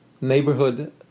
neighborhood